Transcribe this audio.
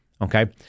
okay